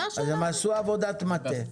הם עשו עבודת מטה.